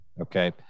okay